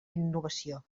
innovació